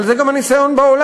אבל זה גם הניסיון בעולם.